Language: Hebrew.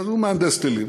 אז הוא מהנדס טילים,